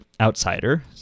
outsider